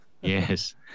yes